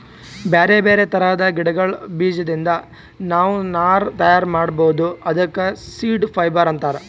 ಬ್ಯಾರೆ ಬ್ಯಾರೆ ಥರದ್ ಗಿಡಗಳ್ ಬೀಜದಿಂದ್ ನಾವ್ ನಾರ್ ತಯಾರ್ ಮಾಡ್ಬಹುದ್ ಅದಕ್ಕ ಸೀಡ್ ಫೈಬರ್ ಅಂತಾರ್